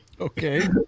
Okay